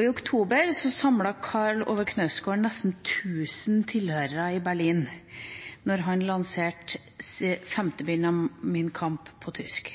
I oktober samlet Karl Ove Knausgård nesten tusen tilhørere i Berlin da han lanserte sitt femte bind av «Min kamp» på tysk.